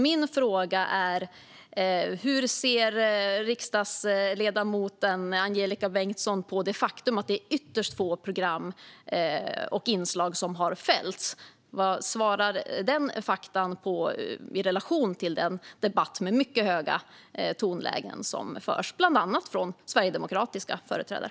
Min fråga är: Hur ser riksdagsledamoten Angelika Bengtsson på det faktum att det är ytterst få program och inslag som har fällts? Vad säger dessa fakta i relation till den debatt med mycket höga tonlägen som förs bland annat från sverigedemokratiska företrädare?